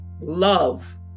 love